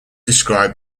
described